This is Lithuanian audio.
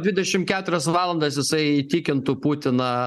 dvidešim keturias valandas jisai įtikintų putiną